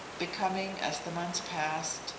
becoming as the months passed,